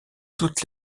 toutes